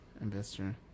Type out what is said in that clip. Investor